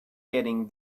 getting